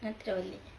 nanti dia balik